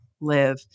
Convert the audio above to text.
live